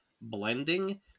blending